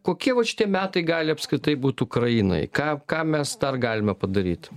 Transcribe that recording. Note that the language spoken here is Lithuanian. kokie vat šitie metai gali apskritai būt ukrainai ką ką mes tą galima padaryt